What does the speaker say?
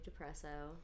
depresso